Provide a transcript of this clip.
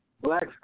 Black